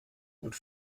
und